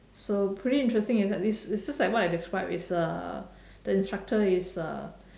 so pretty interesting it's like this it's just like what I describe it's uh the instructor is uh